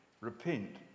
repent